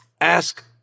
ask